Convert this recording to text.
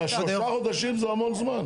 אבל שלושה חודשים זה המון זמן.